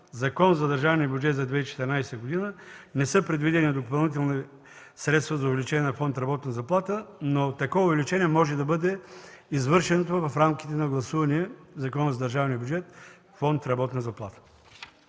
Закон за държавния бюджет за 2014 г. не са предвидени допълнителни средства за увеличение на фонд „Работна заплата”, но такова увеличение може да бъде извършено в рамките на гласувания в Закона за държавния бюджет фонд „Работна заплата”.